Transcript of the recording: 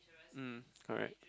mm alright